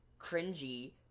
cringy